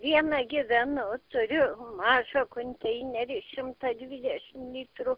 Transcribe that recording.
viena gyvenu turiu mažą konteinerį šimtą dvidešim litrų